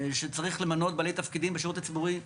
שצריך למנות בעלי תפקידים בשירות הציבורי,